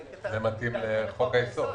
זה מתאים לחוק היסוד.